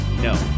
No